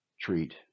treat